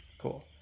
Cool